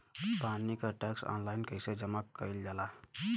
पानी क tax online कईसे जमा कईल जाला?